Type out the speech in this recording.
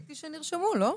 חשבתי שנרשמו, לא?